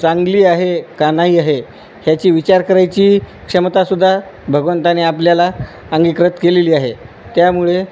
चांगली आहे का नाही आहे ह्याची विचार करायची क्षमतासुद्दा भगवंताने आपल्याला अंगीकृत केलेली आहे त्यामुळे